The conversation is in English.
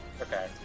okay